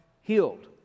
healed